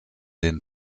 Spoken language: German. den